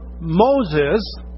Moses